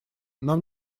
нам